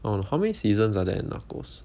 oh how many seasons are there in narcos